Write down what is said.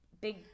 big